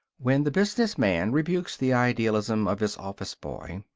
when the business man rebukes the idealism of his office-boy,